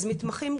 אז מתמחים,